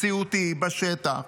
מציאותי בשטח,